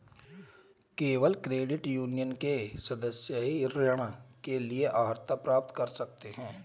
केवल credit union के सदस्य ही ऋण के लिए अर्हता प्राप्त कर सकते हैं